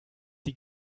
die